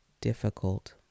difficult